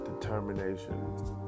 determination